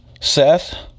Seth